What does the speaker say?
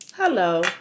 Hello